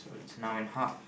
waits now in half